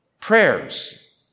prayers